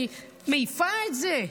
אני מעיפה את זה,